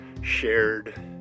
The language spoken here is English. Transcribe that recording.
shared